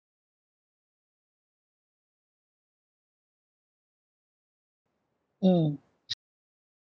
mm